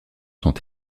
sont